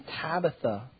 Tabitha